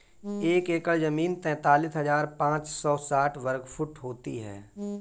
एक एकड़ जमीन तैंतालीस हजार पांच सौ साठ वर्ग फुट होती है